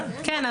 כן.